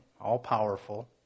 all-powerful